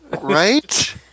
right